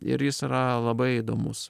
ir jis yra labai įdomus